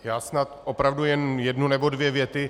Já snad opravdu jen jednu nebo dvě věty.